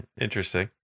Interesting